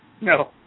No